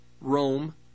Rome